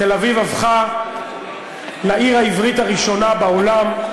תל-אביב הפכה לעיר העברית הראשונה בעולם,